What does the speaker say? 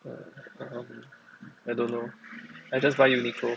err I don't know I just buy Uniqlo